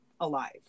alive